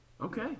okay